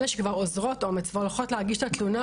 אלה שכבר אוזרות אומץ והולכות להגיש את התלונה,